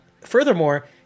Furthermore